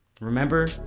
Remember